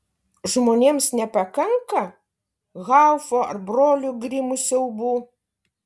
žmonėms nepakanka haufo ar brolių grimų siaubų